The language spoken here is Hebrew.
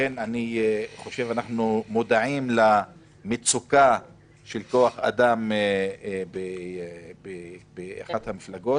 אנחנו מודעים למצוקת כוח האדם באחת המפלגות,